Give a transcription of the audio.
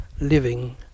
living